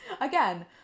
again